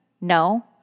No